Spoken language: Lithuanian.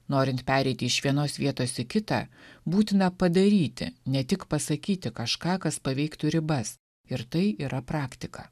norint pereiti iš vienos vietos į kitą būtina padaryti ne tik pasakyti kažką kas paveiktų ribas ir tai yra praktika